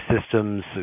systems